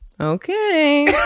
Okay